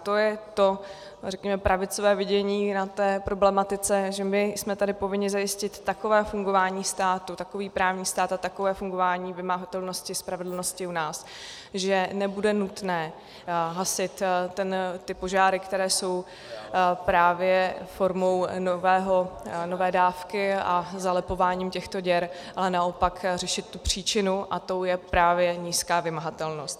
To je to řekněme pravicové vidění na té problematice, že my jsme tady povinni zajistit takové fungování státu, takový právní stát a takové fungování vymahatelnosti spravedlnosti u nás, že nebude nutné hasit ty požáry, které jsou právě formou nové dávky, a zalepováním těchto děr, ale naopak řešit příčinu a tou je právě nízká vymahatelnost.